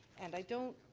and i don't